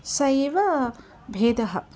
सः एव भेदः